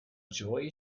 joy